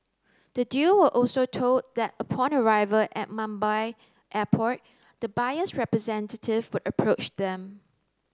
the duo were also told that upon arrival at Mumbai Airport the buyer's representative would approach them